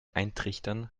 eintrichtern